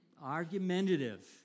argumentative